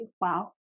wow